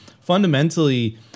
fundamentally